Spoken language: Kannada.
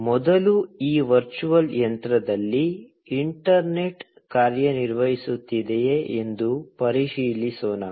ಆದ್ದರಿಂದ ಮೊದಲು ಈ ವರ್ಚುವಲ್ ಯಂತ್ರದಲ್ಲಿ ಇಂಟರ್ನೆಟ್ ಕಾರ್ಯನಿರ್ವಹಿಸುತ್ತಿದೆಯೇ ಎಂದು ಪರಿಶೀಲಿಸೋಣ